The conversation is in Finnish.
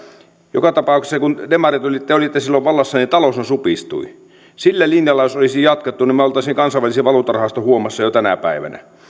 joka tapauksessa kun te demarit olitte silloin vallassa niin taloushan supistui sillä linjalla jos olisi jatkettu niin me olisimme kansainvälisen valuuttarahaston huomassa jo tänä päivänä